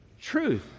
truth